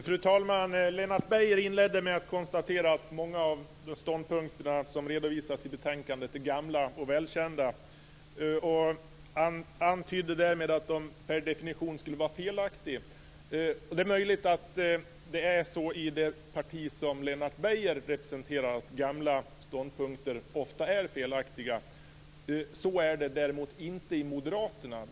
Fru talman! Lennart Beijer inledde med att konstatera att många av ståndpunkterna som redovisas i betänkandet är gamla och kända och antydde därmed att de per definition skulle vara felaktiga. Det är möjligt att det är så i det parti som Lennart Beijer representerar; att gamla ståndpunkter ofta är felaktiga. Så är det däremot inte i Moderaterna.